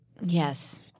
Yes